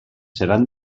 seran